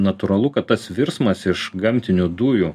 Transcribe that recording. natūralu kad tas virsmas iš gamtinių dujų